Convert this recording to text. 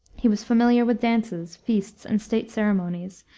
he was familiar with dances, feasts, and state ceremonies,